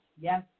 yes